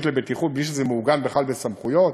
לבטיחות בלי שזה מעוגן בכלל בסמכויות?